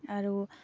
আৰু